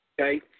Okay